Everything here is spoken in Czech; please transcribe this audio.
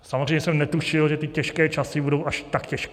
Samozřejmě jsem netušil, že ty těžké časy budou až tak těžké.